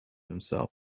himself